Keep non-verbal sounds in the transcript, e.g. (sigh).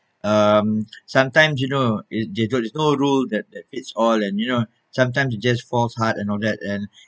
um sometimes you know is there is no rule that that fits all and you know sometimes it just falls hard and all that and (breath)